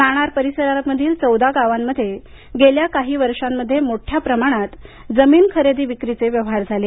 नाणार परिसरातील चौदा गावामध्ये गेल्या काही वर्षांमध्ये मोठ्या प्रमाणात जमीन खरेदी विक्री व्यवहार झाले